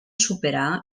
superar